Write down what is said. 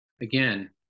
again